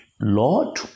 Lord